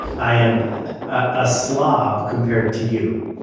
i am a slob compared to you.